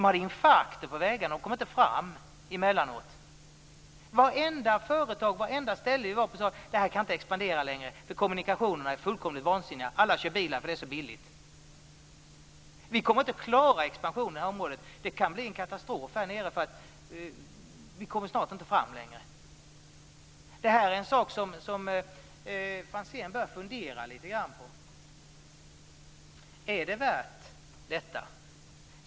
På vartenda företag sade man att trafiken inte längre kunde expandera. Kommunikationerna var fullkomligt vansinniga. Alla körde bil för att det var så billigt. Man klarar inte en expansion i området. Det kan bli en katastrof när man inte längre kommer fram. Detta bör Franzén fundera litet grand över. Är det värt detta?